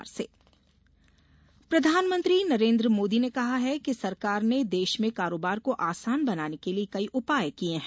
निवेशक सम्मेलन प्रधानंत्री नरेन्द्र मोदी ने कहा है कि सरकार ने देश में कारोबार को आसान बनाने के लिये कई उपाय किये है